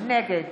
נגד